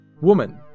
woman